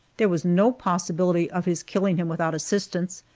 there was no possibility of his killing him without assistance,